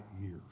years